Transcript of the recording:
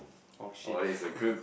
oh shit